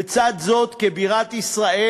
לצד זאת, כבירת ישראל,